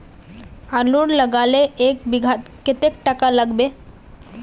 आलूर लगाले एक बिघात कतेक टका लागबे?